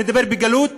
אני מדבר בגלוי,